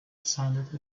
sounded